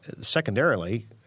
Secondarily